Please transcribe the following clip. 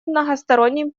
многосторонним